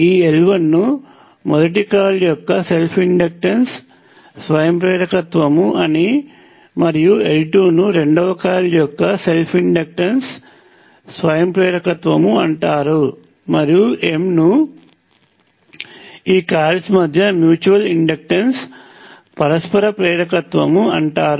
ఈ L1 ను మొదటి కాయిల్ యొక్క సెల్ఫ్ ఇండక్టెన్స్ స్వయం ప్రేరకత్వము అని మరియు L2 ను రెండవ కాయిల్ యొక్క సెల్ఫ్ ఇండక్టెన్స్స్వయం ప్రేరకత్వము అంటారు మరియు M ను ఈ కాయిల్స్ మధ్య మ్యూచువల్ ఇండక్టెన్స్ పరస్పర ప్రేరకత్వము అంటారు